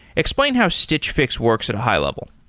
explain how stitch fix works at a high level